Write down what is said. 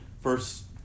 first